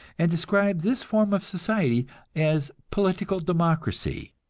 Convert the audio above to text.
and describe this form of society as political democracy.